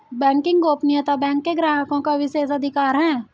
banking गोपनीयता bank के ग्राहकों का विशेषाधिकार है